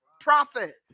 prophet